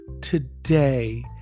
Today